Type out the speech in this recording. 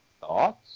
thoughts